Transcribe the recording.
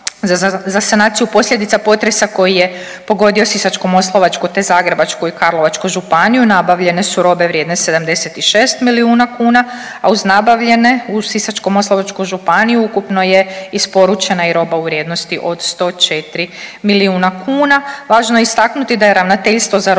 Za sanaciju posljedica potresa koji je pogodio Sisačko-moslavačku, te Zagrebačku i Karlovačku županiju nabavljene su robe vrijedne 76 milijuna kuna, a uz nabavljene u Sisačko-moslavačku županiju ukupno je isporučena i roba u vrijednosti od 104 milijuna kuna. Važno je istaknuti da je Ravnateljstvo za robne